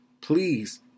Please